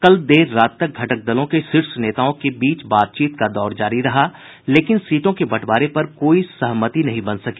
कल देर रात तक घटक दलों के शीर्ष नेताओं की बातचीत का दौर जारी रहा लेकिन सीटों के बंटवारे पर कोई सहमति नहीं बन सकी